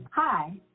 Hi